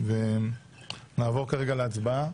נעבור כרגע להצבעה.